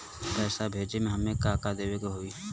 पैसा भेजे में हमे का का देवे के होई?